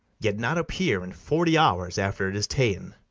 yet not appear in forty hours after it is ta'en.